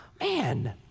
man